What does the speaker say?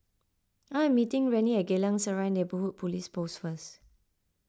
I am meeting Rennie at Geylang Serai Neighbourhood Police Post first